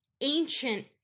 ancient